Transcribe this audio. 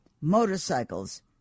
motorcycles